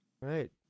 right